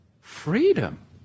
freedom